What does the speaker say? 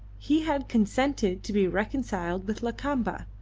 he had consented to be reconciled with lakamba,